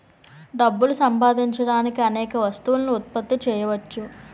డబ్బులు సంపాదించడానికి అనేక వస్తువులను ఉత్పత్తి చేయవచ్చు